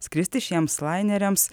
skristi šiems laineriams